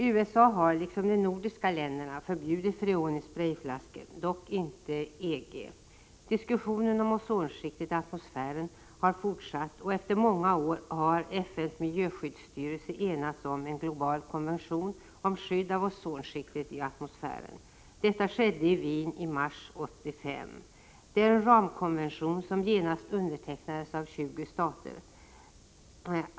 USA har liksom de nordiska länderna förbjudit freon i sprayflaskor — dock inte EG. Diskussionen om ozonskiktet i atmosfären har fortsatt, och efter många år har FN:s miljöskyddsstyrelse enats om en global konvention om skydd av ozonskiktet i atmosfären. Det skedde i Wien mars 1985. Det är en ramkonvention som genast undertecknades av 20 stater.